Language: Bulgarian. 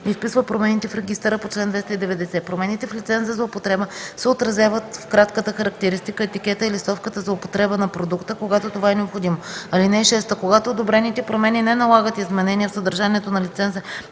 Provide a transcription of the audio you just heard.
и вписва промените в регистъра по чл. 290. Промените в лиценза за употреба се отразяват в кратката характеристика, етикета и листовката за употреба на продукта, когато това е необходимо. (6) Когато одобрените промени не налагат изменение в съдържанието на лиценза